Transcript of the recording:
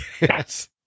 Yes